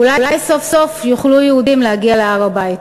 אולי סוף-סוף יוכלו יהודים להגיע להר-הבית.